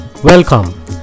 Welcome